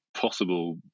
possible